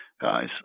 guys